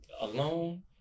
alone